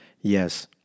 Yes